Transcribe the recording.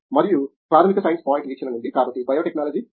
మరియు ప్రాథమిక science point వీక్షణ నుండి కాబట్టి బయోటెక్నాలజీ M